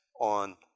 on